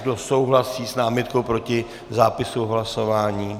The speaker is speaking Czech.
Kdo souhlasí s námitkou proti zápisu v hlasování?